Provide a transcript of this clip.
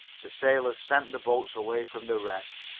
the sailors sent the boats away from the wreck.